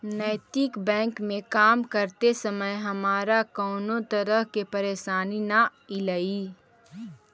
नैतिक बैंक में काम करते समय हमारा कउनो तरह के परेशानी न ईलई